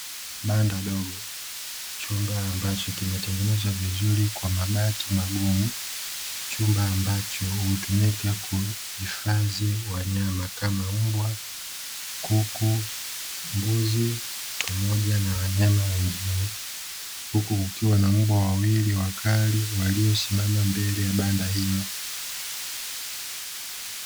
Banda dogo. Chumba ambacho kimetengenezwa vizuri kwa mabati magumu; chumba ambacho hutumika kuhifadhi wanyama kama mbwa, kuku, mbuzi pamoja na wanyama wengine. Huku kukiwa na mbwa wawili wakali waliosimama mbele ya banda hilo.